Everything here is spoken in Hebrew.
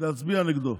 להצביע נגדו.